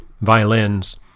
violins